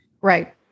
Right